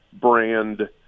brand